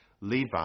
Levi